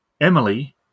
Emily